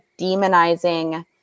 demonizing